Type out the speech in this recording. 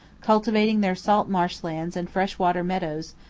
cultivating their salt-marsh lands and fresh-water meadows,